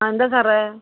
ആ എന്താണ് സാറേ